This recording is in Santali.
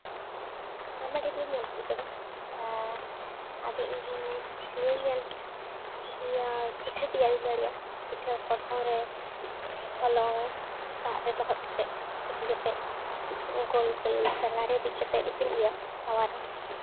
ᱟᱭᱢᱟ ᱰᱷᱮᱨ ᱜᱤᱧ ᱧᱮᱞ ᱪᱮᱫ ᱟᱠᱟᱫᱟ ᱟᱨ ᱟᱫᱚ ᱤᱧᱤᱧ ᱧᱮᱞ ᱠᱮᱫᱮᱭᱟ ᱯᱤᱴᱷᱟᱹ ᱛᱮᱭᱟᱨᱤᱧ ᱫᱟᱲᱮᱭᱟᱜᱼᱟ ᱯᱤᱴᱷᱟᱹ ᱯᱨᱚᱛᱷᱚᱢ ᱨᱮ ᱦᱚᱞᱚᱝ ᱫᱟᱜ ᱨᱮ ᱞᱚᱦᱚᱫ ᱠᱟᱛᱮᱫ ᱥᱤᱯᱤ ᱠᱟᱛᱮᱫ ᱜᱚᱞ ᱜᱳᱞ ᱨᱤᱫᱽ ᱠᱟᱛᱮᱫ ᱤᱥᱤᱱ ᱦᱩᱭᱩᱜᱼᱟ ᱛᱟᱣᱟᱨᱮ